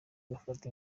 agafata